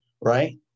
Right